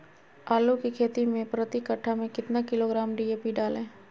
आलू की खेती मे प्रति कट्ठा में कितना किलोग्राम डी.ए.पी डाले?